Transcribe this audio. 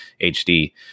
HD